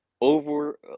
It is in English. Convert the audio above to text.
over